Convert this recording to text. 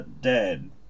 dead